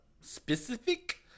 specific